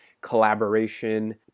collaboration